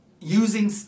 using